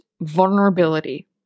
vulnerability